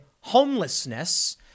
homelessness